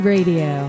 Radio